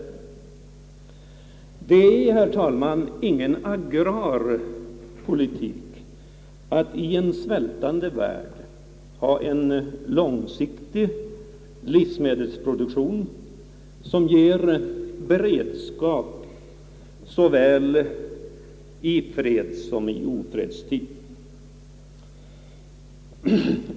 Det är, herr talman, ingen agrarpolitik att i en svältande värld ha en långsiktig livsmedelsproduktion, som ger en beredskap såväl i fred som i ofredstid.